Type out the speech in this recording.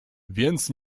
więc